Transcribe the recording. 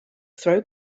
throw